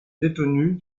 détenu